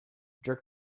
jerk